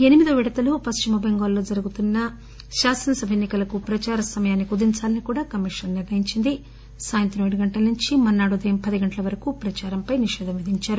ఎనిమిదివ విడతలో పశ్చిమ బెంగాల్లో జరుగుతున్న శాసనసభ ఎన్నికలకు ప్రదార సమయాన్ని కుదించాలని కూడా కమిషన్ నిర్ణయించింది సాయంత్రం ఏడు గంటల నుంచి మర్నాడు ఉదయం పది గంటల వరకు ప్రదారంపై నిషేధం విధించారు